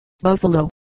buffalo